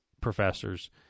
professors